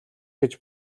гэж